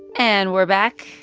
and we're back.